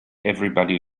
everybody